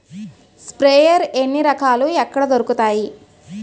Sprayer ఎన్ని రకాలు? ఎక్కడ దొరుకుతాయి?